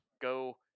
Go